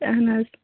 اہَن حظ